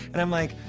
and i'm like,